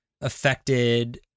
affected